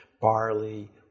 barley